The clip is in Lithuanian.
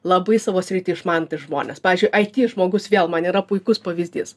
labai savo sritį išmanantys žmonės pavyzdžiui it žmogus vėl man yra puikus pavyzdys